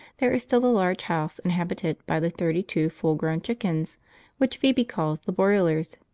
there is still the large house inhabited by the thirty-two full-grown chickens which phoebe calls the broilers.